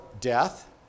death